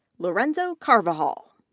lorenzo carvajal,